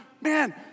man